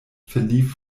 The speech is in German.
verlief